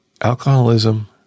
alcoholism